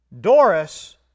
Doris